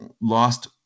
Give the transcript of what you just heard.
lost